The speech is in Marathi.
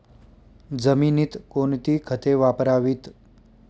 जमिनीत कोणती खते वापरावीत?